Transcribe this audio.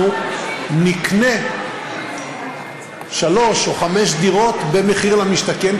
נקנה שלוש או חמש דירות במחיר למשתכן,